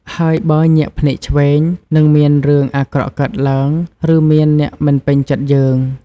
ហើយបើ ញាក់ភ្នែកឆ្វេង នឹងមានរឿងអាក្រក់កើតឡើង ឬមានអ្នកមិនពេញចិត្តយើង។